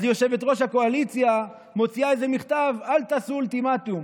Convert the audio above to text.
אז יושבת-ראש הקואליציה מוציאה איזה מכתב: אל תעשו אולטימטום.